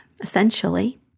essentially